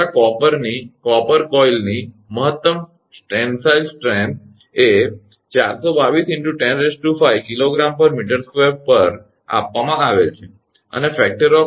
તમારા કોપરની કોપર કોઇલની મહત્તમ ટેન્સાઇલ સ્ટ્રેન્થ એ 422 × 105 𝐾𝑔 𝑚2 પર આપવામાં આવેલ છે અને સલામતીના પરિબળને 2